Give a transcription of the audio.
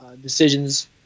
decisions